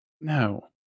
no